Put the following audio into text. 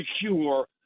secure